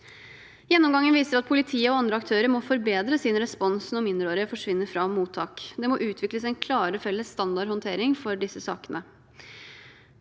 Gjennomgangen viser at politiet og andre aktører må forbedre sin respons når mindreårige forsvinner fra mottak. Det må utvikles en klarere felles standardhåndtering for disse sakene.